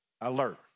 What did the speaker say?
Alert